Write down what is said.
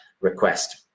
request